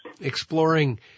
exploring